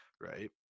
right